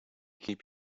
keep